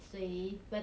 mmhmm